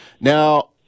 Now